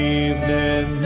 evening